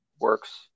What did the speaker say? works